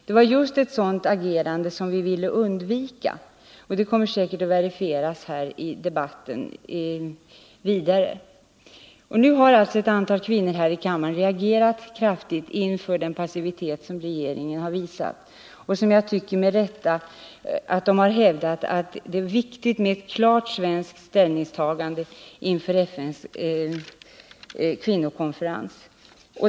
Det var just ett sådant agerande som vi ville undvika. Det kommer säkert att verifieras av andra talare i debatten. Ett antal kvinnor här i kammaren har nu reagerat kraftigt inför den passivitet som regeringen har visat. De har — enligt min mening med rätta — hävdat att det är viktigt med ett klart svenskt ställningstagande inför FN:s kvinnokonferens.